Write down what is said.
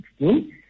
2016